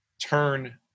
turn